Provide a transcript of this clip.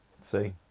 See